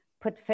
put